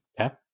Okay